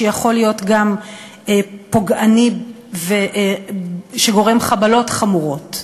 שיכול להיות גם פוגעני וגורם חבלות חמורות.